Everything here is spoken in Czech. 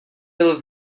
byl